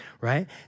right